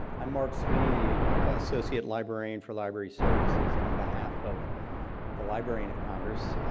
i'm mark sweeney, the associate librarian for library services and on behalf of the librarian of congress,